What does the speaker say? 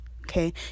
okay